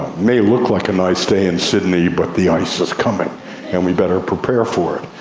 may look like a nice day in sydney but the ice is coming and we'd better prepare for it.